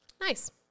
Nice